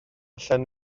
allan